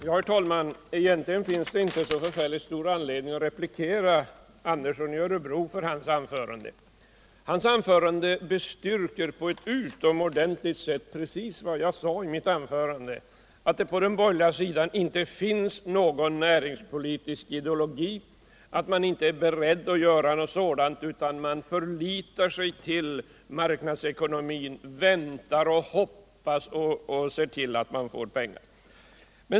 Herr talman! Egentligen finns det inte så stor anledning att replikera på Sven Anderssons i Örebro anförande. Hans anförande bestyrker på ctt utomordentligt sätt precis vad jag sade i mitt anförande, nämligen att det på den borgerliga sidan inte finns.någon näringspolitisk ideologi och att man inte är beredd att bygga upp någon sådan utan förlitar sig på marknadsekonomin, väntar, hoppas och ser till att man får pengar.